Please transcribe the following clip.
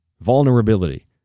Vulnerability